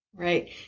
Right